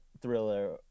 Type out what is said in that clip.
Thriller